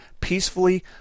peacefully